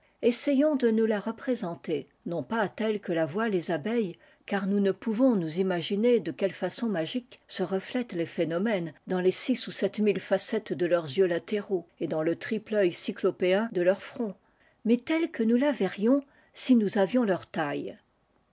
essayons de nous la représenter non pas telle que la voient les abeilles car nous ne pouvons nous imaginer de quelle façon magique se refit tent les ohénomènes dans l'essaim les six ou sept mille facettes de leurs yeux latéraux et dans le triple œil cyclopéen de leur front mais telle que nous la verrions si nous avions leur taille